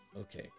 okay